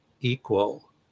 equal